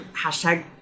hashtag